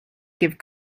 give